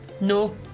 No